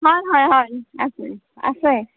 হয় হয় হয় আছে আছে